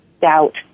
doubt